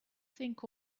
think